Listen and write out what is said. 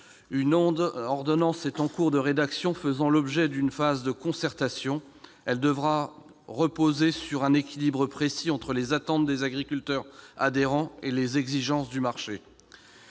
Une ordonnance en cours de rédaction fait l'objet d'une concertation. Elle devra reposer sur un équilibre précis entre les attentes des agriculteurs adhérents et les exigences du marché.